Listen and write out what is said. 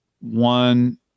one